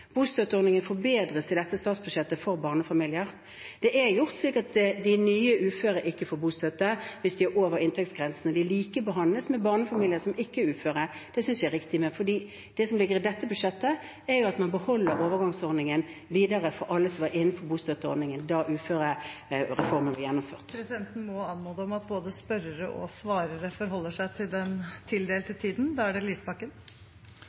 Bostøtteordningen forbedres i dette statsbudsjettet for barnefamilier. Det er gjort slik at de nye uføre ikke får bostøtte hvis de er over inntektsgrensen, og de likebehandles med barnefamilier som ikke er uføre. Det synes jeg er riktig. Men det som ligger i dette budsjettet, er jo at man beholder overgangsordningen videre for alle som var innenfor bostøtteordningen da uførereformen var gjennomført. Presidenten må anmode om at både spørrere og svarere forholder seg til den tildelte tiden. Audun Lysbakken